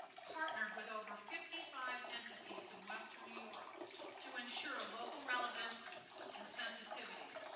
partnered with over fifty five entities in western new york to ensure a local relevance and sensitivity.